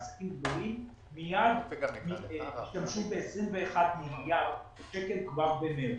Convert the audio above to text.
עסקים גדולים השתמשו ב-21 מיליארד שקלים כבר במארס.